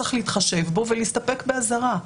צריך להתחשב פה ולהסתפק באזהרה.